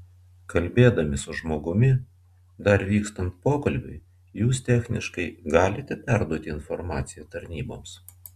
kalbėdami su žmogumi dar vykstant pokalbiui jūs techniškai galite perduoti informaciją tarnyboms